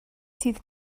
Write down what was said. sydd